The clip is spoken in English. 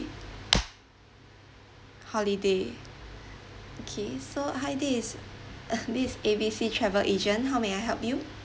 holiday okay so hi this is this is A B C travel agent how may I help you